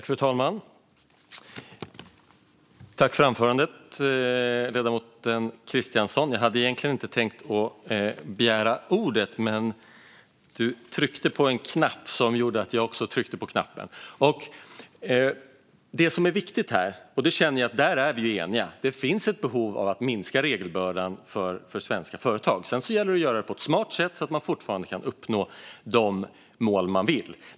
Fru talman! Jag tackar ledamoten Christiansson för anförandet. Jag hade egentligen inte tänkt att begära ordet, men Alexander Christiansson tryckte på en knapp som gjorde att jag också tryckte på knappen. Det som är viktigt här - och här känner jag att vi är eniga - är att det finns behov av att minska regelbördan för svenska företag. Sedan gäller det att göra detta på ett smart sätt, så att man fortfarande kan uppnå de mål man vill uppnå.